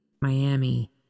Miami